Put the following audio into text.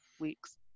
weeks